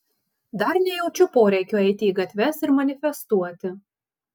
dar nejaučiu poreikio eiti į gatves ir manifestuoti